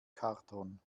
karton